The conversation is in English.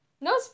No